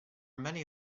many